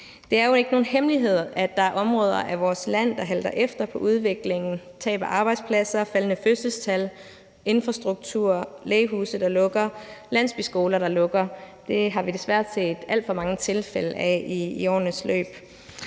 Det er jo ikke nogen hemmelighed, at der er områder af vores land, der halter efter med hensyn til udviklingen med tab af arbejdspladser, faldende fødselstal, dårligere infrastruktur og lægehuse og landsbyskoler, der lukker. Det har vi desværre set alt for mange tilfælde af i årenes løb.